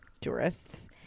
tourists